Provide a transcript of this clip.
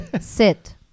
sit